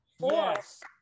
Yes